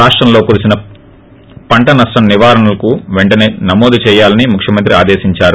రాష్టంలో కురిసిన పంట నష్టం వివరాలను వెంటనే నమోదు చేయాలని ముఖ్యమంత్రి ఆదేశించారు